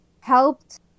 helped